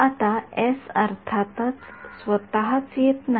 आता एस अर्थातच स्वतःच येत नाही